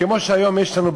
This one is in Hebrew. כמו שהיום יש לנו,